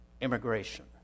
immigration